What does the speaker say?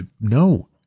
No